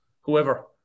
whoever